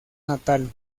natal